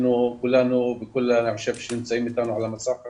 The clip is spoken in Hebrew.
אנחנו כולנו, וכל מי שנמצא איתנו על המסך עכשיו,